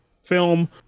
Film